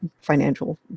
financial